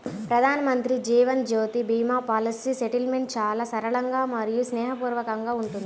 ప్రధానమంత్రి Jeevan Jyoti Bima policy settlement చాలా సరళంగా మరియు స్నేహపూర్వకంగా ఉంటుంది